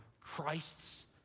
Christ's